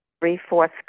Three-fourths